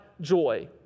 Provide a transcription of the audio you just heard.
joy